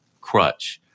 crutch